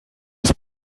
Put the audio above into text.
ist